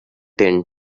tin